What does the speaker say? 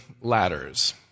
ladders